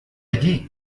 allí